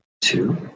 two